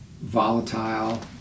volatile